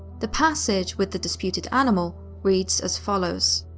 the passage, with the disputed animal, reads as follows.